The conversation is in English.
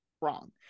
wrong